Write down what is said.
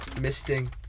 misting